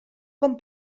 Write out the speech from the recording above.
com